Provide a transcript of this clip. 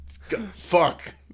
fuck